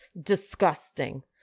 Disgusting